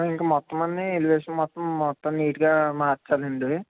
ఇంక మొత్తం అన్ని ఎలివేషన్ మొత్తం మొత్తం నీట్ గా మార్చాలండి ఇది